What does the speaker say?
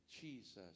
Jesus